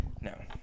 No